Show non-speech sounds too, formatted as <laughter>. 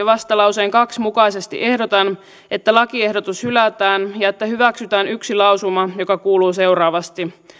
<unintelligible> vastalauseen kaksi mukaisesti ehdotan että lakiehdotus hylätään ja että hyväksytään yksi lausuma joka kuuluu seuraavasti